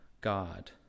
God